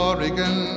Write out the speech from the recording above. Oregon